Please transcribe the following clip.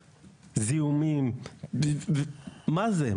זיהומים, מה זה?